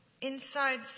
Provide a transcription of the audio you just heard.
inside